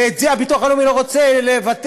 ואת זה הביטוח הלאומי לא רוצה לבטל,